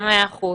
מאה אחוז,